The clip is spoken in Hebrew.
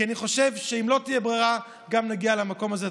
כי אני חושב שאם לא תהיה ברירה נגיע גם למקום הזה.